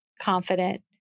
confident